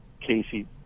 Casey